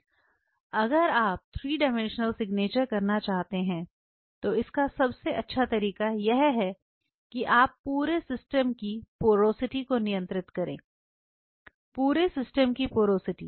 अगर आप 3 dimension signature करना चाहते हैं तो इसका सबसे अच्छा तरीका यह है कि आप पूरे सिस्टम की पोरोसिटी को नियंत्रित करें पूरे सिस्टम की पोरोसिटी